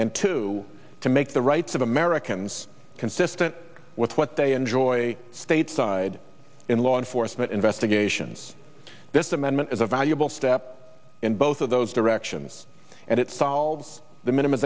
and two to make the rights of americans consistent with what they enjoy stateside in law enforcement investigations this amendment is a valuable step in both of those directions and it solves the minim